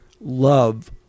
love